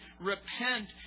repent